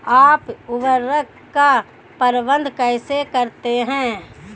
आप उर्वरक का प्रबंधन कैसे करते हैं?